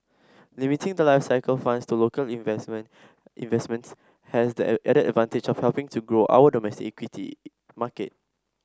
limiting the life cycle funds to local investment investments has the added advantage of helping to grow our domestic equity market